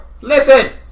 Listen